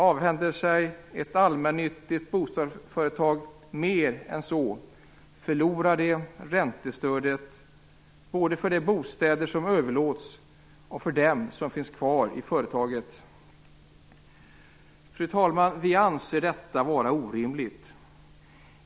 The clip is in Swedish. Avhänder sig ett allmännyttigt bostadsföretag mer än så förlorar det räntestödet både för de bostäder som överlåts och för dem som finns kvar i företaget. Fru talman! Vi anser detta vara orimligt.